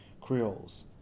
Creoles